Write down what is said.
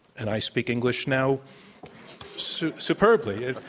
and i speak english now so superbly.